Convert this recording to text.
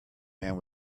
and